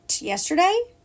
yesterday